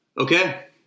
Okay